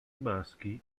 maschi